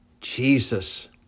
Jesus